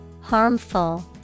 Harmful